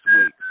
weeks